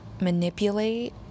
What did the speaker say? manipulate